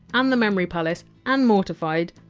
and the memory palace, and mortified,